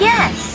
Yes